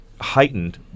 heightened